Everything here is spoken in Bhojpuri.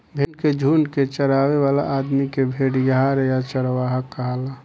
भेड़ के झुंड के चरावे वाला आदमी के भेड़िहार या चरवाहा कहाला